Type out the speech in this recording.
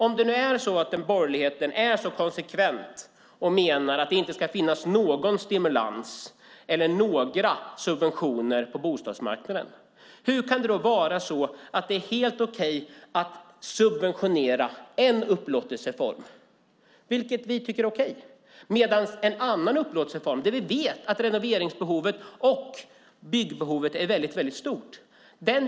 Om borgerligheten är så konsekvent och menar att det inte ska finnas någon stimulans eller några subventioner på bostadsmarknaden undrar jag hur det då kan vara helt okej att subventionera en upplåtelseform, vilket vi tycker är okej, medan man ger en annan upplåtelseform kalla handen, trots att vi vet att renoveringsbehovet och byggbehovet där är stort.